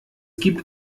gibt